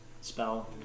spell